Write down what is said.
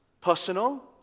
personal